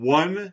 one